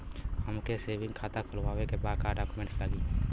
हमके सेविंग खाता खोलवावे के बा का डॉक्यूमेंट लागी?